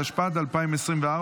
התשפ"ד 2024,